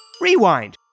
Rewind